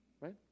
right